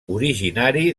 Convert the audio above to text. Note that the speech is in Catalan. originari